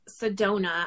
Sedona